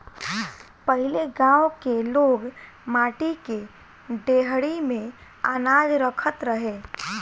पहिले गांव के लोग माटी के डेहरी में अनाज रखत रहे